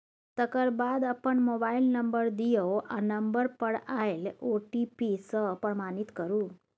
तकर बाद अपन मोबाइल नंबर दियौ आ नंबर पर आएल ओ.टी.पी सँ प्रमाणित करु